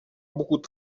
beaucoup